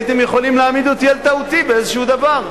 הייתם יכולים להעמיד אותי על טעותי באיזה דבר.